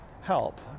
help